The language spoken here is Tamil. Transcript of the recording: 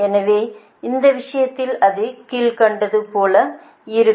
எனவே அந்த விஷயத்தில் அது கீழ்க்கண்டது போல் இருக்கும்